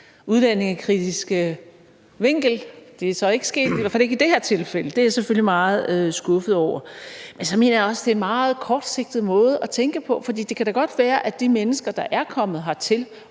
udlændingekritiske vinkel, men det er så ikke sket, i hvert fald ikke i det her tilfælde, og det er jeg selvfølgelig meget skuffet over. Så mener jeg også, det er en meget kortsigtet måde at tænke på, for det kan da godt være, at det umiddelbart kan være problematisk